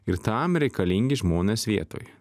ir tam reikalingi žmonės vietoj